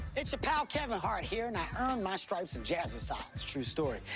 it's your pal kevin hart here, and i earned my stripes in jazzercise. true story.